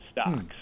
stocks